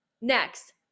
Next